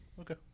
okay